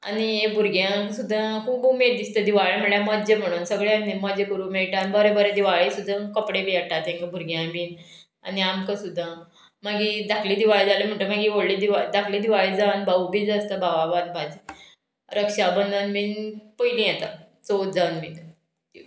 आनी हें भुरग्यांक सुद्दां खूब उमेद दिसता दिवाळे म्हळ्यार मज्जे म्हणून सगळ्यांनी मज्जा करूंक मेळटा आनी बरें बरें दिवाळी सुद्दां कपडे बी हाडटा तेंकां भुरग्यां बीन आनी आमकां सुद्दां मागीर धाकली दिवाळी जाले म्हणटगीर मागीर व्हडली दिवा धाकली दिवाळी जावन भाऊ बीज आसता भावा बानपाची रक्षाबंधन बीन पयली येता चवथ जावन बीन